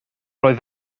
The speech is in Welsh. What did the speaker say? oedd